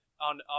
on